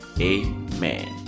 amen